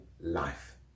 life